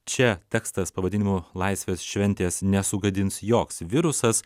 čia tekstas pavadinimu laisvės šventės nesugadins joks virusas